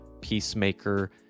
Peacemaker